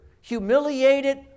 humiliated